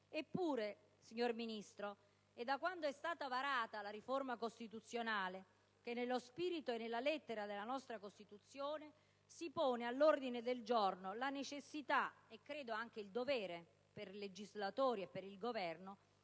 Eppure, signor Ministro, è da quando è stata varata la riforma costituzionale che, nello spirito e nella lettera della nostra Costituzione, si pone all'ordine del giorno la necessità e credo anche il dovere per i legislatori e per il Governo